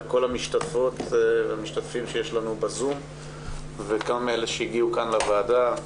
לכל המשתתפות והמשתתפים שיש לנו בזום וגם אלה שהגיעו כאן לוועדה.